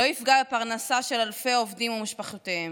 לא יפגע בפרנסה של אלפי עובדים ומשפחותיהם,